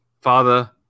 Father